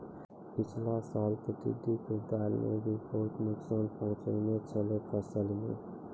पिछला साल तॅ टिड्ढी के दल नॅ भी बहुत नुकसान पहुँचैने छेलै फसल मॅ